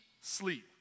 sleep